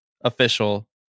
official